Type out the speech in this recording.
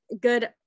good